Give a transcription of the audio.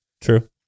True